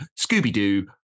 Scooby-Doo